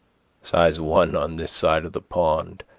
sighs one on this side of the pond,